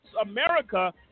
America